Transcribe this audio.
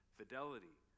fidelity